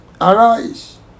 arise